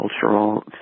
cultural